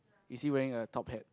is he wearing a top hat